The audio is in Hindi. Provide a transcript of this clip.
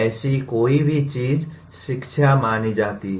ऐसी कोई भी चीज शिक्षा मानी जाती है